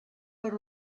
per